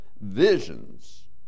visions